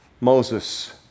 Moses